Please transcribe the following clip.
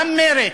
גם מרצ,